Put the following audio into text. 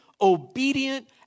obedient